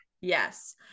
yes